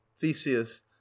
theseus